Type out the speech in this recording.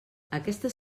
aquestes